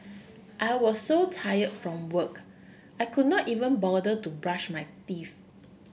I was so tired from work I could not even bother to brush my teeth